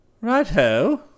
Right-ho